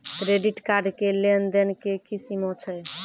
Credit card के लेन देन के की सीमा छै?